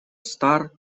стар